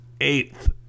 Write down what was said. eighth